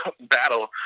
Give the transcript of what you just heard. battle